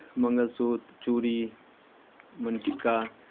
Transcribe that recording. मङ्गलसूत्र चूड़ी मङ्गटीका